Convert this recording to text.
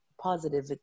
positive